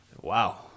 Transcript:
Wow